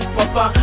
papa